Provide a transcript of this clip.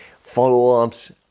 follow-ups